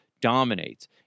dominates